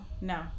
No